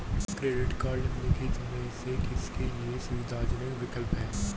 Credit cards निम्नलिखित में से किसके लिए सुविधाजनक विकल्प हैं?